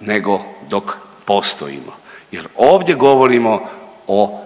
nego dok postojimo jer ovdje govorimo o